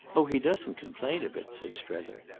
oh he doesn't complain of it, said strether.